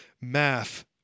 math